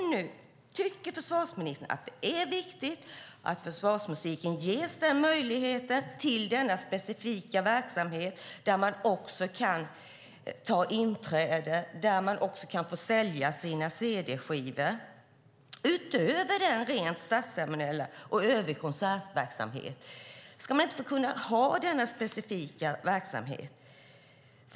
Tycker försvarsministern att det är viktigt att försvarsmusiken ges möjlighet till denna specifika verksamhet där man kan ta betalt för inträde och där man också kan få sälja sina cd-skivor, utöver den rent statsceremoniella verksamheten och övrig konsertverksamhet? Ska man inte kunna få ha denna specifika verksamhet?